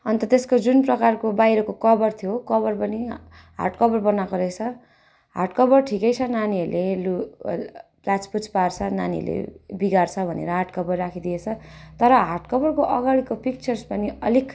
अन्त त्यसको जुन प्रकारको बाहिरको कभर थियो कभर पनि हार्ड कभर बनाएको रहेछ हार्ड कभर ठिकै छ नानीहरूले लु प्लाचपुछ पार्छ नानीहरूले बिगार्छ भनेर हार्ड कभर राखिदिएछ तर हार्ड कभरको अगाडिको पिक्चर्स पनि अलिक